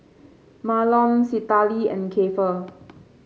Mahlon Citlali and Keifer